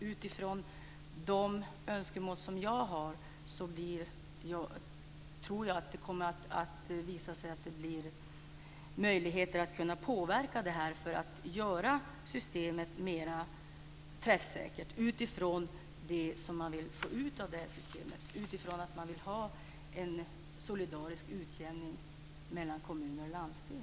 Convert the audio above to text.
Utifrån de önskemål jag har tror jag det kommer att visa sig att det blir möjligt att påverka detta för att göra systemet mera träffsäkert med utgångspunkt i vad man vill få ut av det, nämligen en solidarisk utjämning mellan kommuner och landsting.